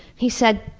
he said,